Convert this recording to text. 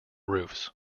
roofs